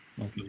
okay